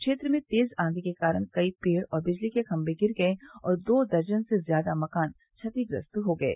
क्षेत्र में तेज आंधी के कारण कई पेड़ और बिजली के खंभे गिर गये और दो दर्जन से ज्यादा मकान क्षतिग्रस्त हो गये